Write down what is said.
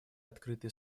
открытые